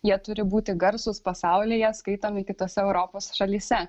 jie turi būti garsūs pasaulyje skaitomi kitose europos šalyse